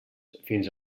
fins